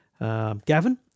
Gavin